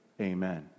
Amen